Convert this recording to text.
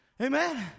Amen